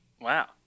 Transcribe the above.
Wow